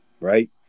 right